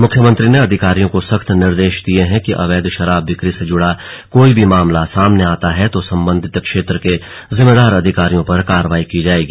मुख्यमंत्री ने अधिकारियों को सख्त निर्देश दिये हैं कि अवैध शराब बिक्री से जुड़ा कोई भी मामला सामने आता है तो संबंधित क्षेत्र के जिम्मेदार अधिकारियों पर कार्रवाई की जायेगी